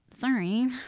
sorry